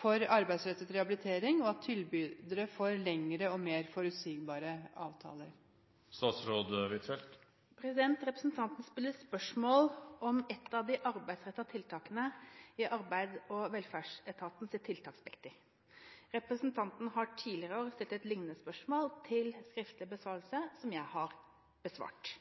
for arbeidsrettet rehabilitering, og at tilbydere får lengre og mer forutsigbare avtaler?» Representanten stiller spørsmål om et av de arbeidsrettede tiltakene i Arbeids- og velferdsetatens tiltaksspekter. Representanten har tidligere i år stilt et lignende spørsmål til skriftlig besvarelse, som jeg har besvart.